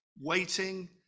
waiting